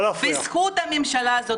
בזכות הממשלה הזאת,